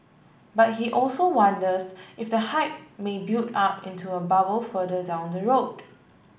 but he also wonders if the hype may build up into a bubble further down the road